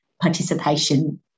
participation